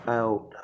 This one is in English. out